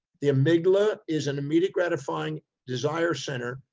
the amygdala is an immediate, gratifying desire center,